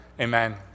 Amen